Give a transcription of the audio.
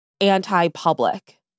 anti-public